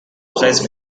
placed